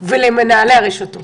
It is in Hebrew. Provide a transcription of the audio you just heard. ולמנהלי הרשתות